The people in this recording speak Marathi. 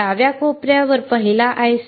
डाव्या कोपऱ्यावर पहिला IC